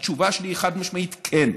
התשובה שלי היא חד-משמעית: כן.